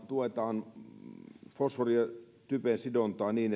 tuetaan fosforin ja typen sidontaa niin